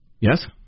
Yes